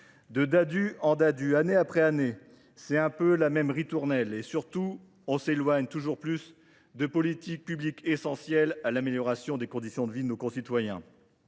De Ddadue en Ddadue, année après année, la même ritournelle revient et nous nous éloignons toujours plus de politiques publiques essentielles à l’amélioration des conditions de vie de nos concitoyens.